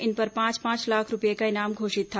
इन पर पांच पांच लाख रूपये का इनाम घोषित था